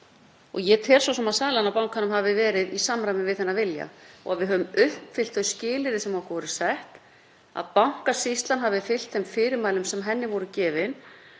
fengist. Ég tel að sala á bankanum hafi verið í samræmi við þennan vilja og við höfum uppfyllt þau skilyrði sem okkur voru sett, að Bankasýslan hafi fylgt þeim fyrirmælum sem henni voru gefin